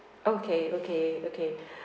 okay okay okay